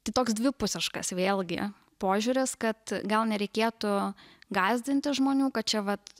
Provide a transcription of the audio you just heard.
tai toks dvipusiškas vėlgi požiūris kad gal nereikėtų gąsdinti žmonių kad čia vat